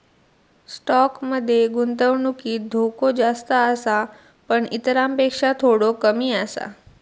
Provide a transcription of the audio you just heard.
stock मध्ये गुंतवणुकीत धोको जास्त आसा पण इतरांपेक्षा थोडो कमी आसा